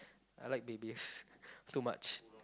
I like babies too much